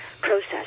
process